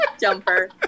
jumper